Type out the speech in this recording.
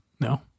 No